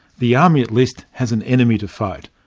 the army at least has an enemy to fight.